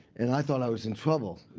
and i thought i was in trouble.